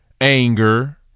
Anger